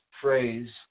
phrase